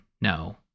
no